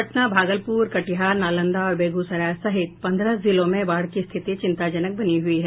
पटना भागलपुर कटिहार नालंदा और बेगुसराय सहित पन्द्रह जिलों में बाढ़ की स्थिति चिंताजनक बनी हुई है